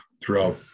throughout